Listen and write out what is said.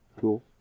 Cool